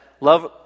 love